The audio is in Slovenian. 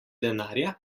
denarja